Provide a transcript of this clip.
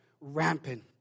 rampant